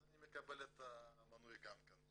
אז אני מקבל את המנוי גם כן.